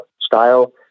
style